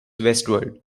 westward